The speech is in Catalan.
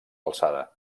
alçada